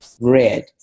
red